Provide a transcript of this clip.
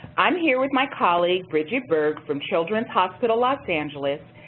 i'm here with my colleague, bridget berg, from children's hospital los angeles,